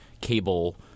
cable